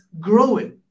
growing